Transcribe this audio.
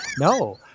no